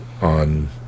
on